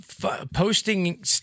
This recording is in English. posting